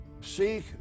seek